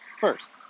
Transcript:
first